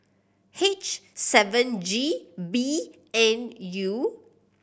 H seven G B N U